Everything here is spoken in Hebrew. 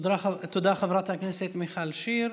תודה לחברת הכנסת מיכל שיר.